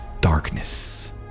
darkness